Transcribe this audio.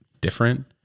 different